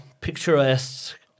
picturesque